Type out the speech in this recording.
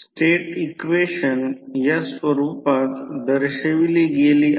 state equation या स्वरूपात दर्शविली गेली आहेत